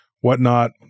whatnot